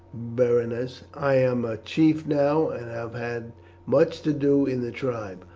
berenice. i am a chief now, and have had much to do in the tribe.